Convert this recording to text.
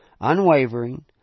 unwavering